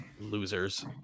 Losers